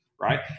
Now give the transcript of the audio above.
Right